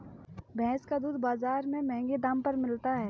भैंस का दूध बाजार में महँगे दाम पर मिलता है